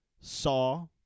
saw